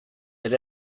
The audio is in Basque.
ere